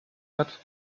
hat